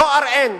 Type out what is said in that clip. דואר אין.